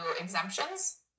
exemptions